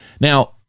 Now